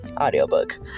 audiobook